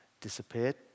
disappeared